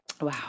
Wow